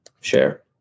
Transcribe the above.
share